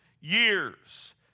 years